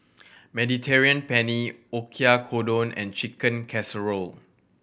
Mediterranean Penne Oyakodon and Chicken Casserole